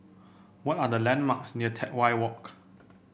what are the landmarks near Teck Whye Walk